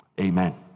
Amen